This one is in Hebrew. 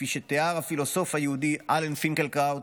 כפי שתיאר הפילוסוף היהודי אלן פינקלקראוט,